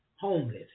homeless